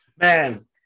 Man